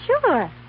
Sure